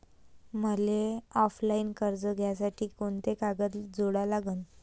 मले ऑफलाईन कर्ज घ्यासाठी कोंते कागद जोडा लागन?